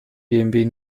bmw